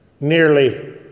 nearly